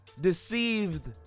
deceived